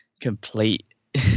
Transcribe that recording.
complete